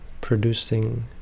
Producing